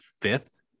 fifth